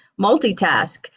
multitask